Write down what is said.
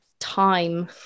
Time